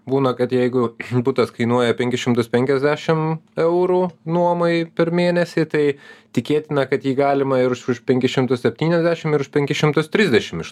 būna kad jeigu butas kainuoja penkis šimtus penkiasdešim eurų nuomai per mėnesį tai tikėtina kad jį galima ir už penkis šimtus septyniasdešim penkis šimtus trisdešim iš